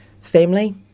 family